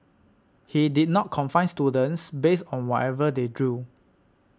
he did not confine students based on whatever they drew